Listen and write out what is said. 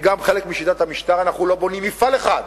וגם כחלק משיטת המשטר, אנחנו לא בונים מפעל אחד,